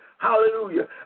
Hallelujah